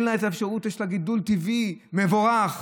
יש לה גידול טבעי מבורך